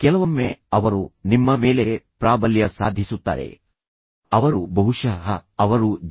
ಕೆಲವೊಮ್ಮೆ ಅವರು ನಿಮ್ಮ ಮೇಲೆ ಪ್ರಾಬಲ್ಯ ಸಾಧಿಸುತ್ತಾರೆ ಅವರು ಬಹುಶಃ ಅವರು ಜಿ